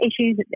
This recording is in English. issues